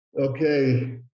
Okay